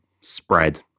spread